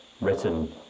Written